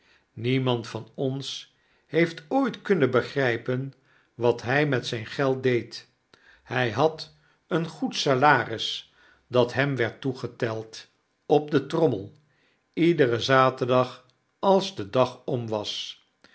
niemand van ons heeft ooit kunnen begrijpen wat hij met zyn geld deed hij had een goed salaris dat hem werd toegeteld op de trommel iederen zaterdag als de dag om was